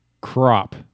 crop